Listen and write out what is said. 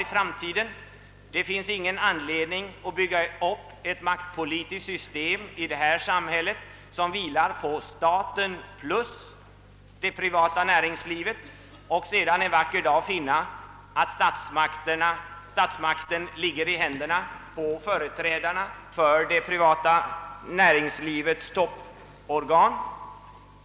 Det finns i detta samhälle ingen anledning att bygga upp ett maktpolitiskt system, som vilar på staten plus det privata näringslivet för att sedan en vacker dag kanske konstatera att statsmakten ligger i händerna på företrädare för det privata näringslivets topporgan.